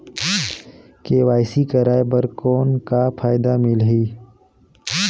KYC कराय कर कौन का फायदा मिलही?